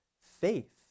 faith